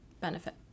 benefit